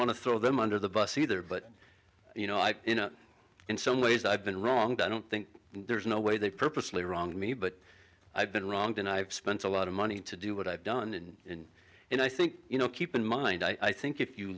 to throw them under the bus either but you know i you know in some ways i've been wronged i don't think there's no way they purposely wrong me but i've been wronged and i've spent a lot of money to do what i've done and and i think you know keep in mind i think if you